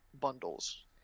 bundles